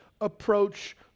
approach